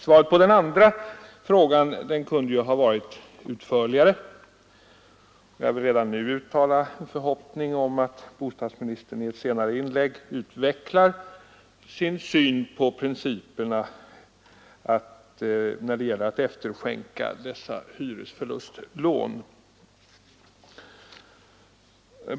Svaret på den andra frågan kunde ha varit utförligare. Jag vill redan nu uttala en förhoppning om att bostadsministern i ett senare inlägg utvecklar sin syn på principerna när det gäller att efterskänka dessa hyresförlustlån.